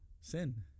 sin